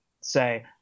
say